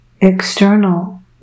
external